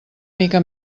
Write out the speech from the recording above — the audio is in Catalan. mica